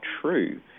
true